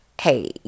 hey